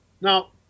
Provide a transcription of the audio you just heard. Now